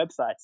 websites